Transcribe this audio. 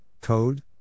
code